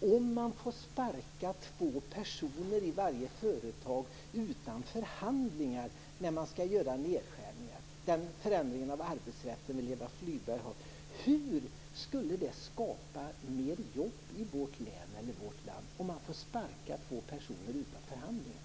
att man skulle få sparka två personer i varje företag utan förhandlingar när man skall göra nedskärningar. Den förändringen av arbetsrätten vill Eva Flyborg ha. Hur skulle det skapa mer jobb i vårt län eller i vårt land om man får sparka två personer utan förhandlingar?